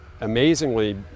amazingly